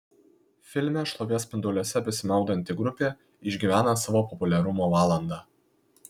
filme šlovės spinduliuose besimaudanti grupė išgyvena savo populiarumo valandą